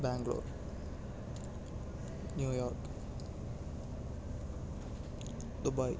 Bangalore New York Dubai